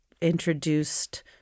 introduced